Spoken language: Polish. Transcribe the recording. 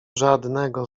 żadnego